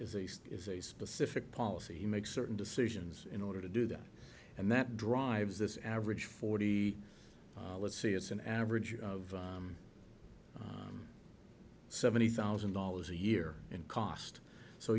is ace is a specific policy he makes certain decisions in order to do that and that drives this average forty let's see it's an average of seventy thousand dollars a year in cost so